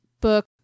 book